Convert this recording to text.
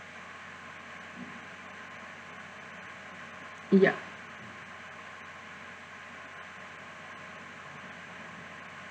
yup